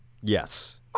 Yes